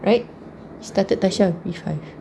right started tasha with five